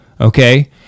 okay